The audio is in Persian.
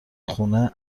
خونه